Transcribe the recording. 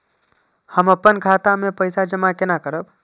हम अपन खाता मे पैसा जमा केना करब?